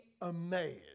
amazed